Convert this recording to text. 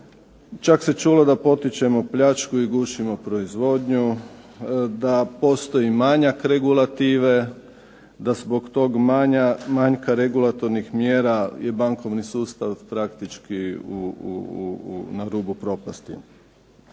čak se čulo da potičemo pljačku i gušimo proizvodnju, da postoji manjak regulative, da zbog tog manjka regulatornih mjera je bankovni sustav praktički na rubu propasti.